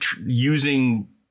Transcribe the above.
using